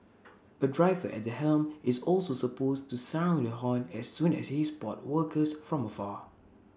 A driver at the helm is also supposed to sound the horn as soon as he spot workers from afar